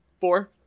Four